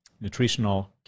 nutritional